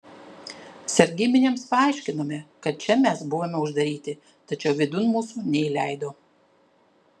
sargybiniams paaiškinome kad čia mes buvome uždaryti tačiau vidun mūsų neįleido